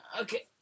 Okay